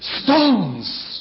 stones